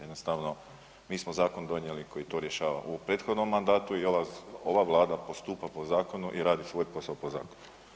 Jednostavno mi smo zakon donijeli koji to rješava u prethodnom mandatu i ova Vlada postupa po zakonu i radi svoj posao po zakonu.